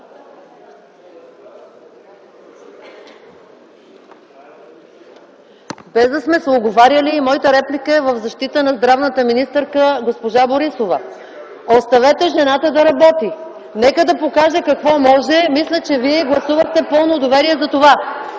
Без да сме се уговаряли, моята реплика е в защита на здравната министърка госпожа Борисова. Оставете жената да работи! Нека да покаже какво може! Мисля, че Вие й гласувахте пълно доверие за това.